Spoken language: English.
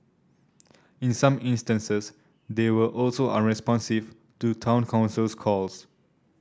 in some instances they were also unresponsive to Town Council's calls